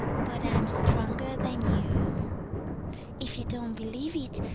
but i'm stronger than you if you don't believe it,